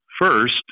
First